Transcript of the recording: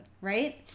right